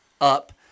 up